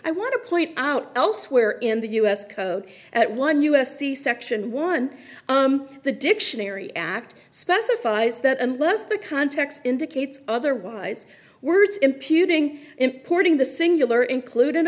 i want to point out elsewhere in the us code at one u s c section one the dictionary act specifies that unless the context indicates otherwise words imputing importing the singular include